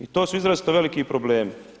I to su izrazito veliki problemi.